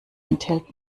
enthält